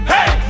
Hey